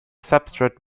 substrate